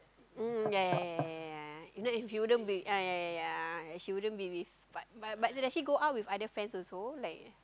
mm mm yea yea yea yea yea yea if not you wouldn't be uh yea yea yea yea yea she wouldn't be with but but but does she go out with other friends also like